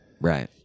Right